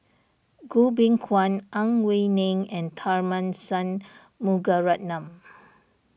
Goh Beng Kwan Ang Wei Neng and Tharman Shanmugaratnam